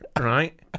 right